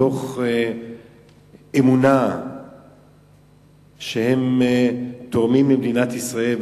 מתוך אמונה שהם תורמים למדינת ישראל,